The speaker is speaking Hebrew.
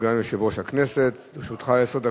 סגן יושב-ראש הכנסת, לרשותך עשר דקות.